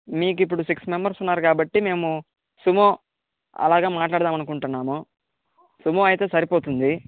మీకు ఇప్పుడు six members ఉన్నారు కాబట్టి మేము సుమో అలాగ మాట్లాడదామని అనుకుంటున్నాము సుమో అయితే సరిపోతుంది